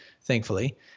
thankfully